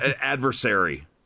adversary